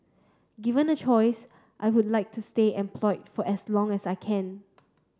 given a choice I would like to stay employed for as long as I can